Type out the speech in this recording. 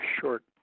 short